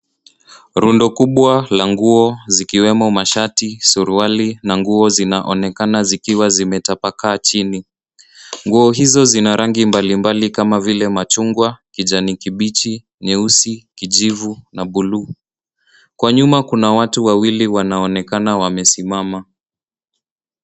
Rundo kubwa la nguo zikiwemo mashati, suruali na nguo zinaonekana zikiwa zimetapaka chini. Nguo hizo zina rangi mbalimbali kama vile machungwa, kijani kibichi, nyeusi, kijivu na buluu. Kwa nyuma kuna watu wawili wanaonekana wamesimama.